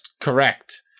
correct